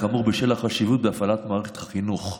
כאמור, החשיבות שבהפעלת מערכת החינוך.